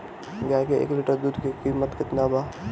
गाय के एक लिटर दूध के कीमत केतना बा?